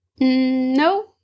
No